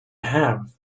have